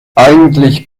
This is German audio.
eigentlich